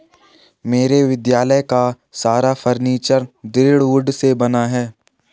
मेरे विद्यालय का सारा फर्नीचर दृढ़ वुड से बना है